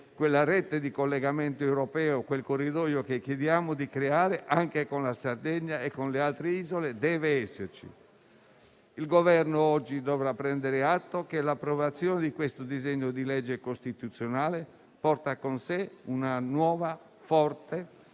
quella rete di collegamento europeo, quel corridoio che chiediamo di creare anche con la Sardegna e con le altre isole, deve esserci. Il Governo oggi dovrà prendere atto che l'approvazione del disegno di legge costituzionale che stiamo discutendo porta